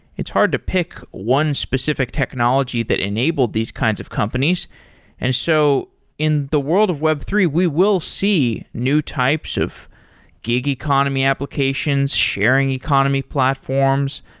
it's hard to pick one specific technology that enabled these kinds of companies and so in the world of web three, we will see new types of gig economy applications, sharing economy platforms,